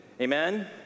amen